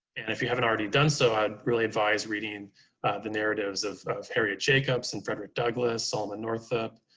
and if you haven't already done so i'd really advise reading the narratives of harriet jacobs and frederick douglass, solomon northup,